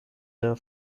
der